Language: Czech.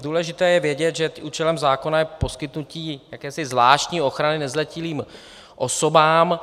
Důležité je vědět, že účelem zákona je poskytnutí jakési zvláštní ochrany nezletilým osobám.